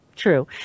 True